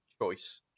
choice